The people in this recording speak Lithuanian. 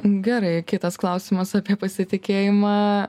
gerai kitas klausimas apie pasitikėjimą